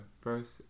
first